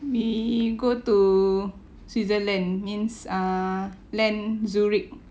we go to switzerland means ah land zurich